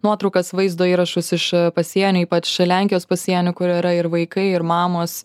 nuotraukas vaizdo įrašus iš pasienio ypač lenkijos pasienio kur yra ir vaikai ir mamos